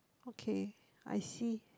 okay I see